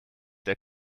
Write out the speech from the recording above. der